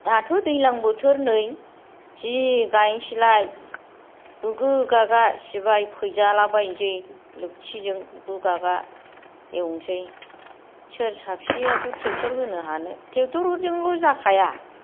दाथ' दैज्लां बोथोर नै जि गायनोसैलाय गोगो गागा सिबाय फैजाला बायनोसै लावथिजों गोगो गागा एवनोसै सोर साबेसेआथो ट्रेक्टर एवनो हानो ट्रेक्टरजोंल'बो जाखाया